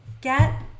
get